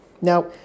Now